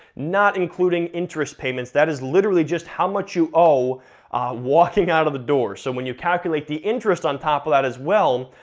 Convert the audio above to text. not including interest payments, that is literally just how much you owe walking out of the door. so when you calculate the interest on top of that as well,